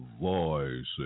voices